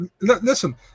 listen